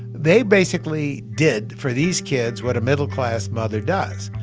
they basically did for these kids what a middle-class mother does.